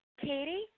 Katie